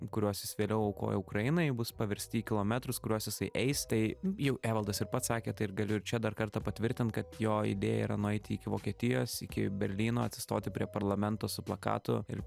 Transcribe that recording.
kuriuos jis vėliau aukojo ukrainai bus paversti į kilometrus kuriuos jisai eis tai jau evaldas ir pats sakė tai ir galiu ir čia dar kartą patvirtint kad jo idėja yra nueiti iki vokietijos iki berlyno atsistoti prie parlamento su plakatu ir